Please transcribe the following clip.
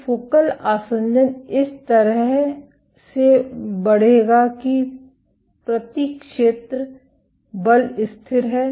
तो फोकल आसंजन इस तरह से बढ़ेगा कि प्रति क्षेत्र बल स्थिर है